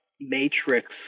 matrix